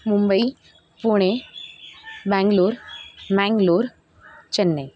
Mumbai Pune Bangalore Mangalore Chennai